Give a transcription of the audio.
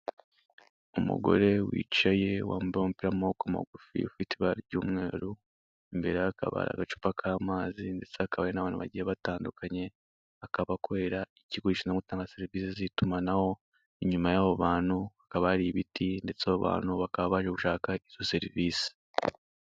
Umugore wicaye, wambaye umupira w'amaboko magufi, ufite ibara ry'umweru, imbere ye hakaba hari agacupa k'amazi ndetse hakaba hari n'abantu bagiye batandukanye, akaba akorera ikigo gishinzwe gutanga serivisi z'itumanaho, inyuma yabo bantu hakaba hari ibiti ndetse abo bantu bakaba baje gushaka izo serivisi.